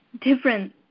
different